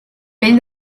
pell